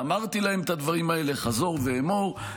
ואמרתי להם את הדברים האלה חזור ואמור.